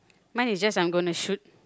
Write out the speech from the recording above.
mine is just I'm gonna shoot